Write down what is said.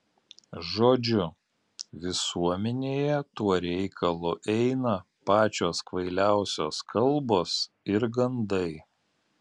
žodžiu visuomenėje tuo reikalu eina pačios kvailiausios kalbos ir gandai